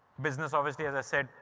business, obviously, as i said,